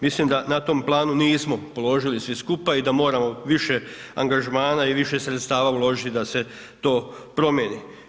Mislim da na tom planu nismo položili svi skupa i da moramo više angažmana i više sredstava uložiti da se to promijeni.